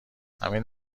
همین